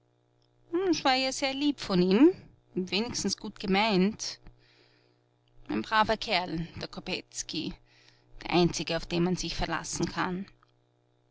war ja sehr lieb von ihm wenigstens gut gemeint ein braver kerl der kopetzky der einzige auf den man sich verlassen kann